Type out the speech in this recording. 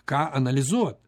ką analizuot